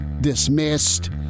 dismissed